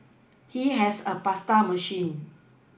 he has a pasta machine